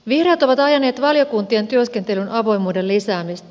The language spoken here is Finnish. vihreät ovat ajaneet valiokuntien työskentelyn avoimuuden lisäämistä